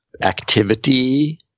activity